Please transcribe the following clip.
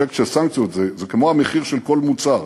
האפקט של הסנקציות זה כמו המחיר של כל מוצר.